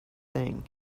thing